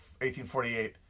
1848